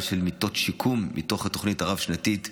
של מיטות שיקום מתוך התוכנית הרב-שנתית,